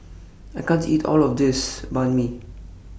I can't eat All of This Banh MI